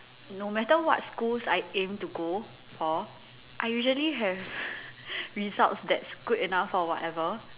no matter what schools I aim to go for I usually have results that's good enough for whatever